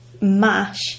mash